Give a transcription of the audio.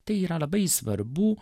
tai yra labai svarbu